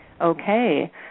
Okay